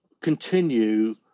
continue